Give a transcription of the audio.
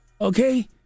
okay